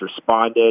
responded